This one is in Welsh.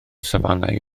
safonau